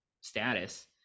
status